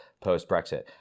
post-Brexit